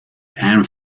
and